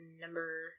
number